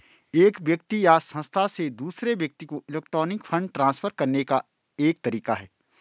एक व्यक्ति या संस्था से दूसरे व्यक्ति को इलेक्ट्रॉनिक फ़ंड ट्रांसफ़र करने का एक तरीका है